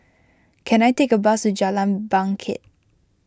can I take a bus to Jalan Bangket